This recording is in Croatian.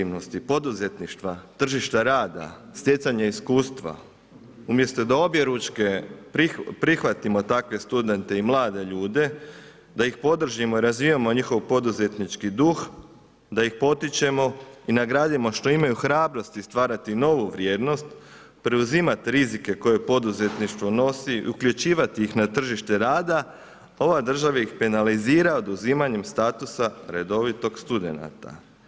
Dakle, od inovativnosti, poduzetništva, tržišta rada, stjecanje iskustva, umjesto da obje ručke prihvatimo takve studente i mlade ljude, da ih podržimo, razvijamo njihov poduzetnički duh, da ih potičemo i nagradimo što imaju hrabrosti stvarati novu vrijednost, preuzimati rizike, koje poduzetništvo nosi i uključivati ih na tržište rada, ova država ih penalizira oduzimanjem statusa redovitog studenta.